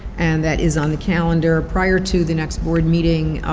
and that is on the calendar, prior to the next board meeting,